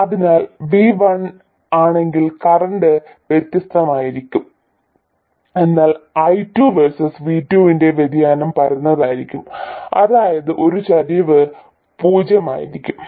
അതിനാൽ V1 ആണെങ്കിൽ current വ്യത്യസ്തമായിരിക്കും എന്നാൽ I2 വേഴ്സസ് V2 ന്റെ വ്യതിയാനം പരന്നതായിരിക്കും അതായത് ഈ ചരിവ് പൂജ്യമായിരിക്കും